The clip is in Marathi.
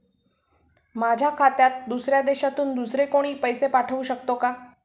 माझ्या खात्यात दुसऱ्या देशातून दुसरे कोणी पैसे पाठवू शकतो का?